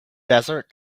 desert